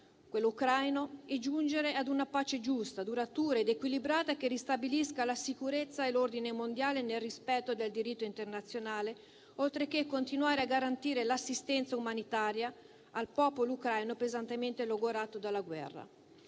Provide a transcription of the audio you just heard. quello ucraino, e di giungere ad una pace giusta, duratura ed equilibrata, che ristabilisca la sicurezza e l'ordine mondiale, nel rispetto del diritto internazionale, oltre che di continuare a garantire l'assistenza umanitaria al popolo ucraino, pesantemente logorato dalla guerra.